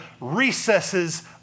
recesses